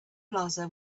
plaza